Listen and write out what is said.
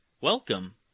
welcome